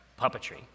puppetry